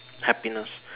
happiness